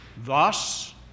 Thus